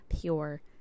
pure